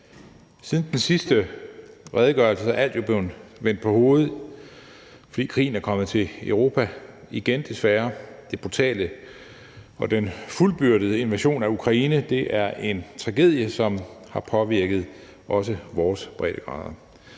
Siden den sidste redegørelse er alt jo blevet vendt på hovedet, fordi krigen er kommet til Europa igen, desværre. Den brutale og fuldbyrdede invasion af Ukraine er en tragedie, som har påvirket også vores breddegrader,